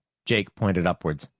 jake pointed upwards.